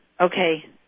okay